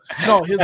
No